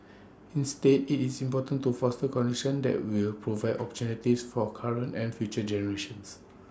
instead IT is important to foster conditions that will provide opportunities for current and future generations